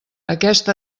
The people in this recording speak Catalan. aquest